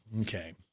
Okay